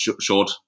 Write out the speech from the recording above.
short